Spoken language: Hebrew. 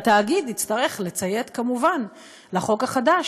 והתאגיד יצטרך לציית כמובן לחוק החדש,